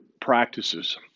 practices